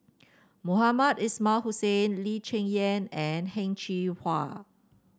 Mohamed Ismail Hussain Lee Cheng Yan and Heng Cheng Hwa